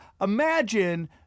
imagine